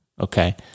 Okay